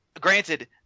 granted